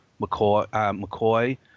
McCoy